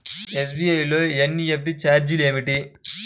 SBI లో NEFT ఛార్జీలు ఏమిటి?